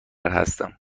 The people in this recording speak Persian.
هستم